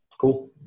Cool